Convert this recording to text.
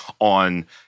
on—